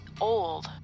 old